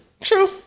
true